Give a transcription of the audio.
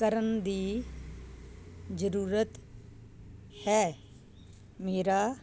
ਕਰਨ ਦੀ ਜ਼ਰੂਰਤ ਹੈ ਮੇਰਾ